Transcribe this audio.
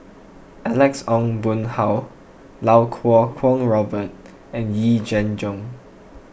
Alex Ong Boon Hau Iau Kuo Kwong Robert and Yee Jenn Jong